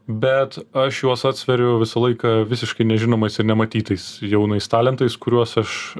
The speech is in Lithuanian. bet aš juos atsveriu visą laiką visiškai nežinomais ir nematytais jaunais talentais kuriuos aš